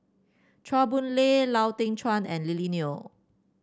Chua Boon Lay Lau Teng Chuan and Lily Neo